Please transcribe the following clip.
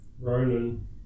Ronan